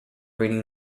reading